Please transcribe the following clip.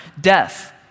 death